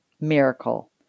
miracle